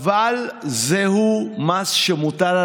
חבר הכנסת ינון אזולאי, מוותר,